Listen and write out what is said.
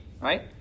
right